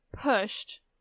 pushed